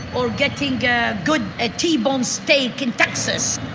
or getting a good ah t-bone steak in texas,